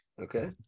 Okay